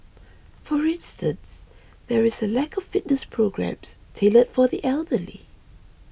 for instance there is a lack of fitness programmes tailored for the elderly